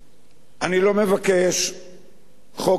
אני לא מבקש חוק נאמנות,